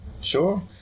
sure